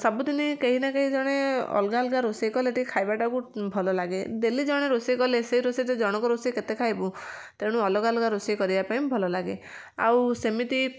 ସବୁଦିନି କେହି ନା କେହି ଜଣେ ଅଲଗା ଅଲଗା ରୋଷେଇ କଲେ ଟିକେ ଖାଇବାଟାକୁ ଭଲ ଲାଗେ ଡ଼େଲି ଜଣେ ରୋଷେଇ କଲେ ସେ ରୋଷେଇରେ ଜଣଙ୍କ ରୋଷେଇ କେତେ ଖାଇବୁ ତେଣୁ ଅଲଗା ଅଲଗା ରୋଷେଇ କରିବା ପାଇଁ ଭଲ ଲାଗେ ଆଉ ସେମିତି